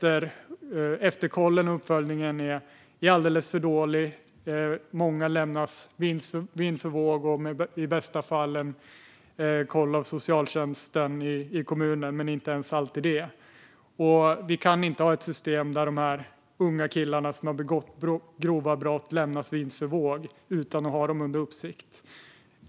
Efterkollen och uppföljningen är alldeles för dålig. Många lämnas vind för våg, i bästa fall med en koll av socialtjänsten i kommunen men inte ens alltid det. Vi kan inte ha ett system där de här unga killarna som har begått grova brott lämnas vind för våg, utan uppsikt.